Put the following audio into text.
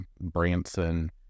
Branson